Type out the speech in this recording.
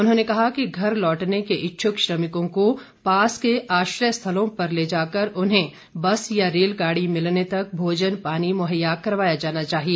उन्होंने कहा कि घर लौटने के इच्छ्क श्रमिकों को पास के आश्रय स्थलों पर ले जाकर उन्हें बस या रेलगाड़ी मिलने तक भोजन पानी मुहैया कराया जाना चाहिए